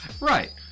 Right